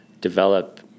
develop